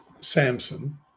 Samson